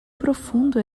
profundo